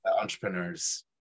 entrepreneurs